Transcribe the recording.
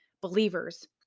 believers